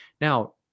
Now